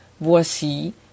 voici